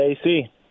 AC